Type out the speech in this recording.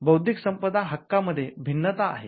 बौद्धिक संपदा हक्कांमधे भिन्नता आहे